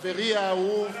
חברי האהוב.